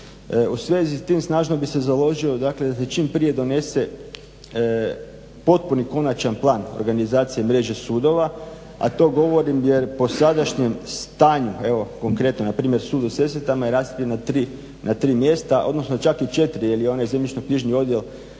U svezi s tim snažno bih se založi da se čim prije donese potpun i konačan plan organizacije mreže sudova, a to govorim jer po sadašnjem stanju, evo konkretno npr. sud u Sesvetama je … na tri mjesta, odnosno čak i četiri jer je i onaj zemljišno-knjižni odjel